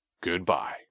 goodbye